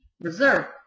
reserve